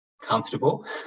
comfortable